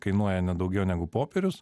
kainuoja ne daugiau negu popierius